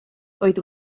oedd